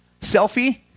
selfie